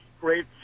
great